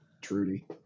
Trudy